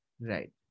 Right